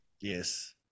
yes